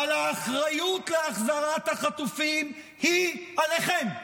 אבל האחריות להחזרת החטופים היא עליכם,